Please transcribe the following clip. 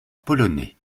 polonais